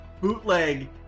bootleg